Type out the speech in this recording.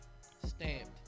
stamped